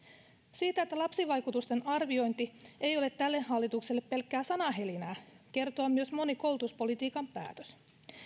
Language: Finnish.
siitä että lapsivaikutusten arviointi ei ole tälle hallitukselle pelkkää sanahelinää kertoo myös moni koulutuspolitiikan päätös